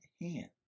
hand